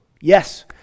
Yes